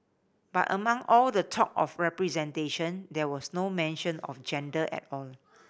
but among all the talk of representation there was no mention of gender at all